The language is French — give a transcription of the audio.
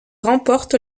remporte